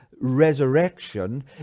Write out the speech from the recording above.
resurrection